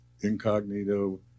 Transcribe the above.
incognito